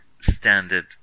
standard